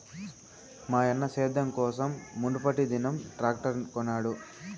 మాయన్న సేద్యం కోసం మునుపటిదినం ట్రాక్టర్ కొనినాడు